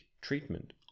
treatment